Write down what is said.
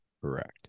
correct